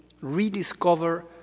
rediscover